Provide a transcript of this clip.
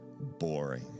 boring